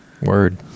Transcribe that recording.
Word